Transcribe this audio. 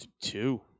Two